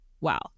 Wow